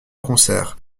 concert